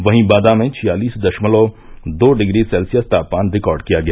वहीं बांदा में छियालीस दशमलव दो डिग्री सेल्सियस तापमान रिकार्ड किया गया